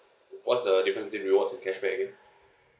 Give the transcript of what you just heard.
what's the difference between rewards and cashback again